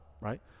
right